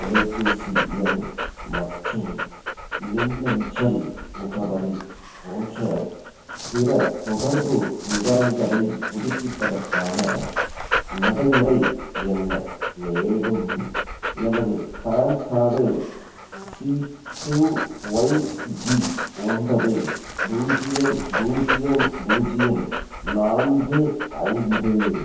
தொலைப்பேசி எண் மற்றும் மின்னஞ்சல் முகவரி போன்ற பிறத் தொடர்பு விவரங்களைப் புதுப்பிப்பதற்கான நடைமுறை என்ன மேலும் எனது பேன் கார்டு சிட்யூ ஒய்ஜி ஒன்பது பூஜ்ஜியம் பூஜ்ஜியம் பூஜ்ஜியம் நான்கு ஐந்து